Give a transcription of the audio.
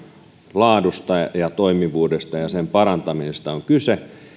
laadusta ja toimivuudesta ja sen parantamisesta on kyse